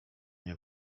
nie